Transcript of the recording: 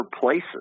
places